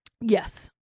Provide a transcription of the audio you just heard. Yes